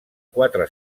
quatre